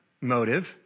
motive